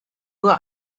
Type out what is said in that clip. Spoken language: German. nur